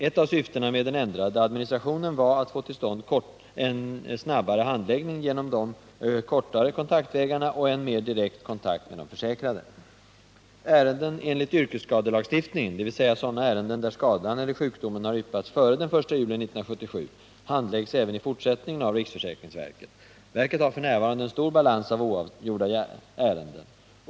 Ett av syftena med den ändrade administrationen var att få till stånd en snabbare handläggning genom kortare kontaktvägar och en mera direkt kontakt med de försäkrade. Ärenden enligt yrkesskadelagstiftningen, dvs. sådana ärenden där skadan eller sjukdomen yppats före den 1 juli 1977, handläggs även i fortsättningen av riksförsäkringsverket. Verket har f. n. en stor balans av oavgjorda ärenden.